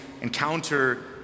encounter